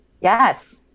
yes